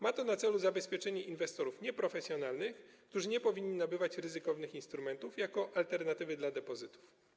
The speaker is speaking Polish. Ma to na celu zabezpieczenie inwestorów nieprofesjonalnych, którzy nie powinni nabywać ryzykownych instrumentów jako alternatywy dla depozytów.